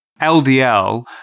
LDL